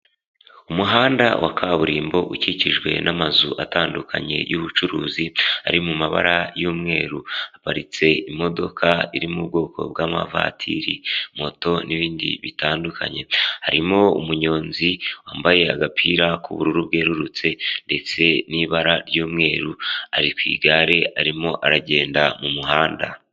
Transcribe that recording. Umuhanda wa kaburimbo ukikijwe n'amazu atandukanye y'ubucuruzi ari mu mabara y'umweru haparitse imodoka iri mu bwoko bw'amavatiri, moto n'ibindi bitandukanye, harimo umunyonzi wambaye agapira k'ubururu bwerurutse ndetse n'ibara ry'umweru ari ku igare arimo aragenda mu muhanda.